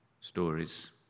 stories